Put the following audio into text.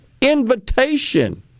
invitation